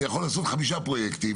אני יכול לעשות חמישה פרויקטים,